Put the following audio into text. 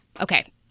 Okay